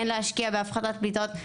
כן להשקיע בהפחתות פליטות.